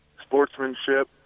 sportsmanship